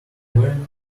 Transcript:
going